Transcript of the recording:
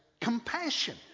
Compassion